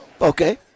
Okay